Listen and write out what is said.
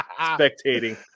spectating